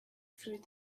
through